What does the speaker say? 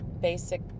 basic